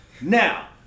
Now